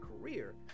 career